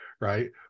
right